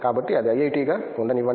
కాబట్టి అది ఐఐటిగా ఉండనివ్వండి